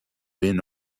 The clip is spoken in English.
been